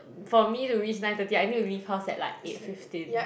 for me to reach nine thirty I need to leave house at like eight fifteen